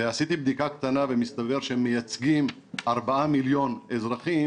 ועשיתי בדיקה קטנה ומסתבר שהם מייצגים 4 מיליון אזרחים